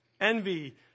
envy